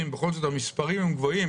בכל זאת המספרים גבוהים,